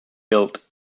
build